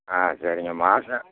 ஆ சரிங்க மாதம்